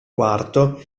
quarto